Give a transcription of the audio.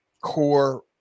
core